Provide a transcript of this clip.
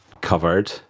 covered